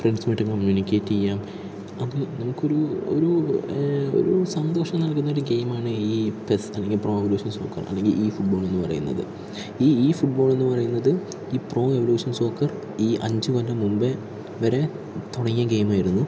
ഫ്രണ്ട്സുമായിട്ട് communicate ചെയ്യാം അത് നമുക്കൊരു ഒരു ഒരു സന്തോഷം നൽകുന്ന ഒരു ഗെയിമാണ് ഈ പെസ് അല്ലെങ്കിൽ പ്രൊ എവല്യൂഷൻ സോക്കർ അല്ലെങ്കിൽ ഇ ഫുട്ബോൾ എന്ന് പറയുന്നത് ഈ ഇ ഫുട്ബോൾ എന്ന് പറയുന്നത് ഈ പ്രൊ എവല്യൂഷൻ സോക്കർ ഈ അഞ്ച് കൊല്ലം മുൻപേ ഇവര് തുടങ്ങിയ ഗെയിമായിരുന്നു